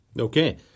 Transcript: Okay